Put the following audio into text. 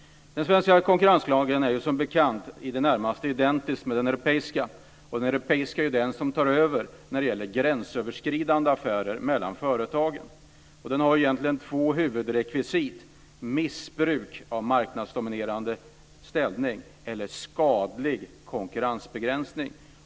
Den svenska konkurrenslagen är som bekant i det närmaste identisk med den europeiska, och den europeiska tar över när det gäller gränsöverskridande affärer mellan företagen. Den har två huvudrekvisit: missbruk av marknadsdominerande ställning och skadlig konkurrensbegränsning.